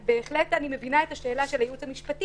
אני מבינה את השאלה של הייעוץ המשפטי,